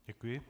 Děkuji.